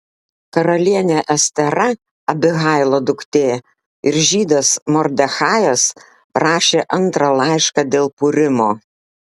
karalienė estera abihailo duktė ir žydas mordechajas rašė antrą laišką dėl purimo